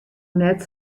net